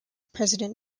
president